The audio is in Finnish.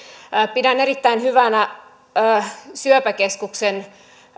pidän erittäin hyvänä syöpäkeskuksen